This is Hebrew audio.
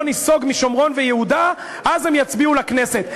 ניסוג משומרון ויהודה הם יצביעו לכנסת.